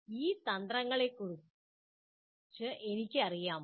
ഈ തന്ത്രങ്ങളെക്കുറിച്ച് എനിക്ക് അറിയാമോ